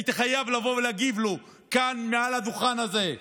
הייתי חייב לבוא ולהגיב לו כאן מעל הדוכן הזה,